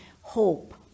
hope